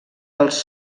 els